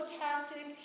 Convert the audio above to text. tactic